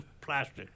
plastic